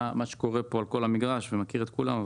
מה קורה על כל המגרש ומכיר את כולם,